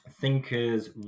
thinkers